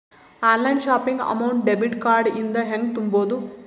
Online shopping amount debit card ಇಂದ ಹೆಂಗ್ ತುಂಬೊದು?